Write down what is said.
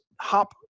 hop